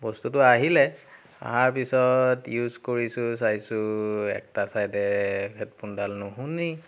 বস্তুটো আহিলে আহাৰ পিছত ইউচ কৰিছোঁ চাইছোঁ এটা চাইদে হেডফোনডাল নুশুনি